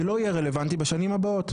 זה לא יהיה רלוונטי בשנים הבאות.